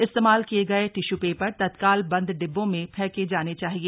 इस्तेमाल किये गये टिश्यू पेपर तत्काल बंद डिब्बों में फेंके जाने चाहिए